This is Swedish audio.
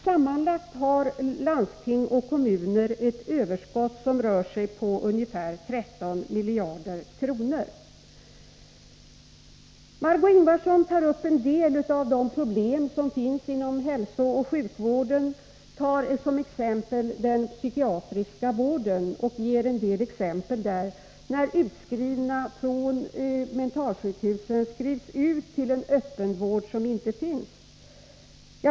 Sammanlagt har landsting och kommuner ett överskott på ungefär 13 miljarder kronor.